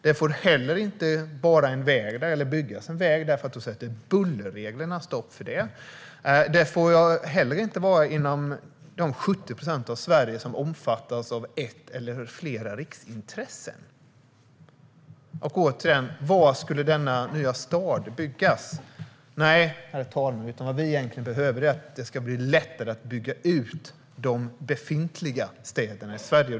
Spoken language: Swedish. Man får inte heller bygga en väg där, för det sätter bullerreglerna stopp för. Staden får inte heller ligga inom de 70 procent av Sverige som omfattas av ett eller flera riksintressen. Återigen: Var skulle denna nya stad byggas? Nej, herr talman, vad vi egentligen behöver är att det ska bli lättare att bygga ut de befintliga städerna i Sverige.